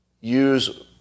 use